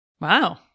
Wow